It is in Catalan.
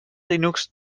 linux